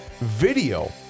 video